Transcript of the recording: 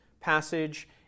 passage